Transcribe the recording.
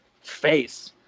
face